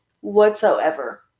whatsoever